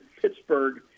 Pittsburgh